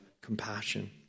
compassion